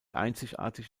einzigartig